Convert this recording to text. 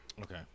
Okay